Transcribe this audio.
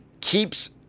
keeps